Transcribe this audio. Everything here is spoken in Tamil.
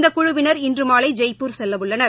இந்தகுழுவினர் இன்றுமாலைஜெய்ப்பூர் செல்லவுள்ளனர்